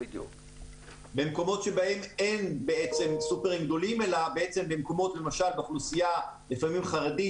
במקומות שבהם אין סופרים גדולים אלא למשל באוכלוסייה לפעמים חרדית,